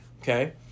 Okay